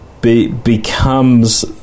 becomes